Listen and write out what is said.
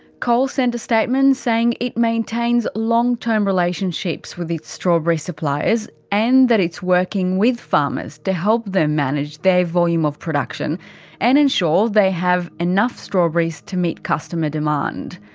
coles sent a statement saying it maintains long-term relationships with its strawberry suppliers and that it's working with farmers to help them manage their volume of production and ensure they have enough strawberries to meet customer demand.